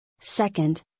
Second